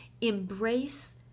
embrace